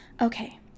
okay